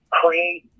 create